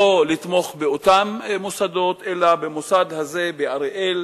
לתמוך באותם מוסדות אלא במוסד הזה באריאל,